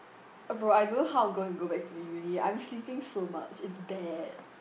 bro I don't know how I'm going to go back to uni I'm sleeping so much in bed